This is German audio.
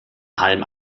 halm